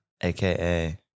aka